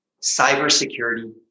cybersecurity